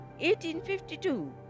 1852